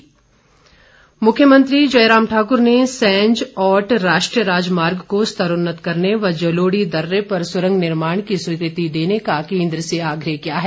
मुख्यमंत्री मुख्यमंत्री जयराम ठाकूर ने सैंज औट राष्ट्रीय राजमार्ग को स्तरोन्नत करने व जलोड़ी दर्रे पर सुरंग निर्माण की स्वीकृति देने का केन्द्र से आग्रह किया है